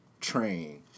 train